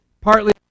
Partly